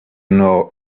know